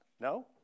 No